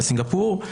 בסינגפור,